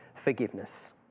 forgiveness